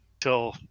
till